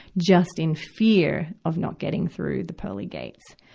just in fear of not getting through the pearly gates.